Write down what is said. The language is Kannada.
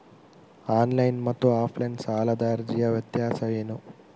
ಆನ್ಲೈನ್ ಮತ್ತು ಆಫ್ಲೈನ್ ಸಾಲದ ಅರ್ಜಿಯ ವ್ಯತ್ಯಾಸ ಏನು?